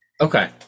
okay